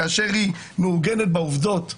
כאשר היא מעוגנת בעובדות,